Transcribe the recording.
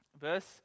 Verse